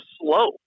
slow